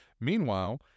Meanwhile